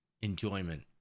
enjoyment